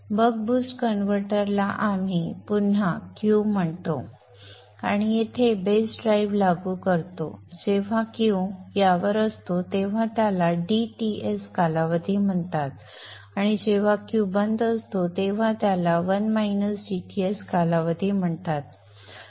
बक boost कन्व्हर्टरला आम्ही पुन्हा Q म्हणतो आणि आम्ही येथे बेस ड्राइव्ह लागू करतो म्हणून जेव्हा Q यावर असतो तेव्हा त्याला dTs कालावधी म्हणतात आणि जेव्हा Q बंद असतो तेव्हा त्याला 1 dTs कालावधी म्हणतात